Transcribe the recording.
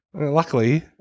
Luckily